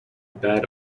bad